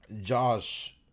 josh